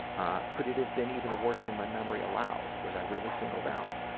ah could it have been even worse than my memory allows? was i really singled out?